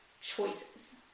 choices